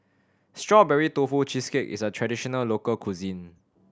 Strawberry Tofu Cheesecake is a traditional local cuisine